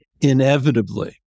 inevitably